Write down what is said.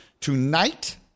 tonight